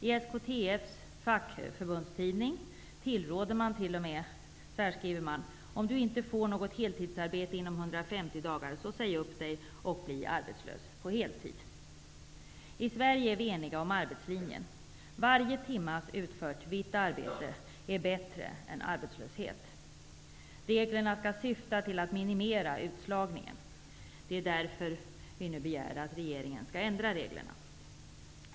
I SKTF:s fackförbundstidning skriver man: Om du inte får något heltidsarbete inom 150 dagar så säg upp dig och bli arbetslös på heltid. I Sverige är vi eniga om arbetslinjen. Varje timmes utfört vitt arbete är bättre än arbetslöshet. Reglerna skall syfta till att minimera utslagningen. Det är därför vi nu begär att regeringen skall ändra reglerna.